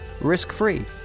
risk-free